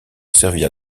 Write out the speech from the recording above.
servir